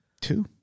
Two